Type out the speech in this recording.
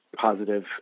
positive